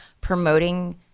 promoting